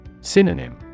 Synonym